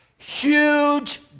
Huge